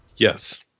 yes